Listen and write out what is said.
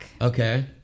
Okay